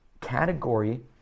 category